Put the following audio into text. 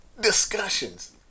discussions